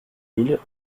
mille